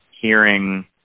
hearing